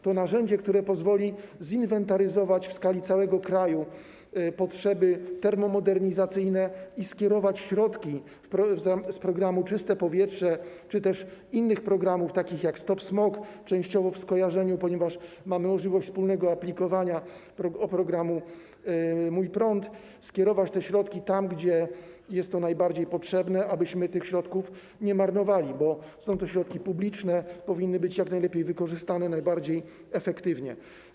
To narzędzie, które pozwoli zinwentaryzować w skali całego kraju potrzeby termomodernizacyjne i środki z programu „Czyste powietrze” czy też innych programów, takich jak „Stop smog”, częściowo w skojarzeniu, ponieważ mamy możliwość wspólnego aplikowania, jeśli chodzi o program „Mój prąd”, skierować tam, gdzie jest to najbardziej potrzebne, abyśmy tych środków nie marnowali, bo są to środki publiczne, powinny być jak najlepiej wykorzystane, najbardziej efektywnie.